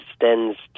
extends